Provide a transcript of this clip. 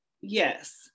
Yes